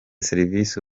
serivisi